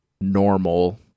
normal